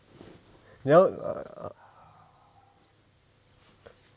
你要 uh